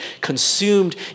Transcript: consumed